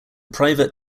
private